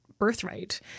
birthright